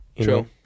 True